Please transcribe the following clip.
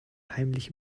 heimlich